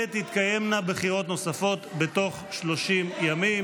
ותתקיימנה בחירות נוספות בתוך 30 ימים.